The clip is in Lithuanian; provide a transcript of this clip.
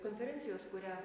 konferencijos kurią